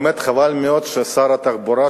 באמת חבל מאוד ששר התחבורה,